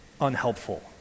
unhelpful